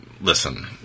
Listen